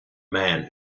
man